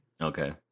Okay